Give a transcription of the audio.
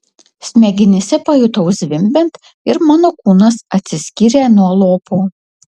smegenyse pajutau zvimbiant ir mano kūnas atsiskyrė nuo lopo